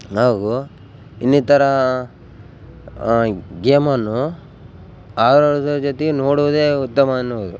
ಹಾಗು ಇನ್ನಿತರ ಗೇಮನ್ನು ಆಡೋದರ ಜೊತೆಗ್ ನೋಡೊದೆ ಉತ್ತಮ ಅನ್ನುವುದು